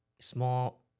Small